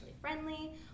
friendly